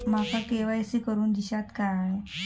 माका के.वाय.सी करून दिश्यात काय?